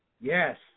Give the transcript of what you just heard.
Yes